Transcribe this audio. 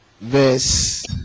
verse